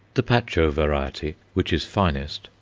the pacho variety, which is finest,